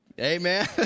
Amen